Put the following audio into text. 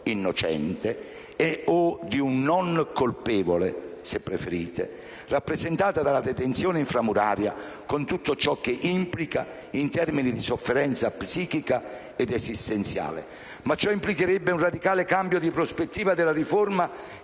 innocente o di un non colpevole (se preferite), rappresentata dalla detenzione inframuraria, con tutto ciò che implica in termini di sofferenza psichica ed esistenziale. Ma ciò implicherebbe un radicale cambio di prospettiva della riforma,